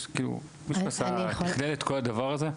מישהו תיכלל את כל הדבר הזה?